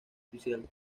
oficial